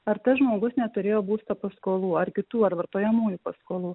ar tas žmogus neturėjo būsto paskolų ar kitų ar vartojamųjų paskolų